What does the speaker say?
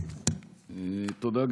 תודה,